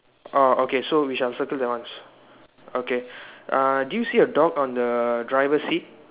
orh okay so we shall circle that one s~ okay uh do you see a dog on the driver seat